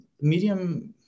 medium